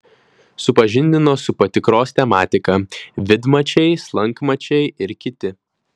supažindino su patikros tematika vidmačiai slankmačiai ir kiti